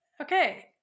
Okay